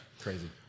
crazy